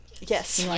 yes